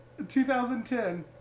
2010